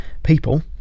people